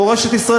מורשת ישראל,